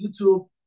YouTube